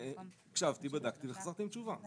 הקשבתי, בדקתי וחזרתי עם התשובה.